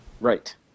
Right